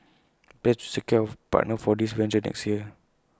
secure A partner for this venture next year